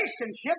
relationship